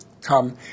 come